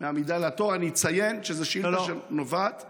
לנגישות לשירות, למתן שירות ללא המתנה בתור.